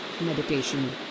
meditation